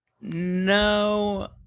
No